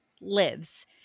lives